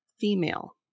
female